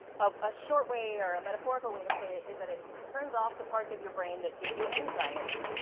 ah a short way, or a metaphorical way to put it, is that it turns off the parts of your brain that give you anxiety,